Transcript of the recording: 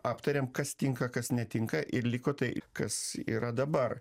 aptarėm kas tinka kas netinka ir liko tai kas yra dabar